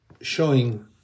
showing